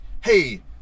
hey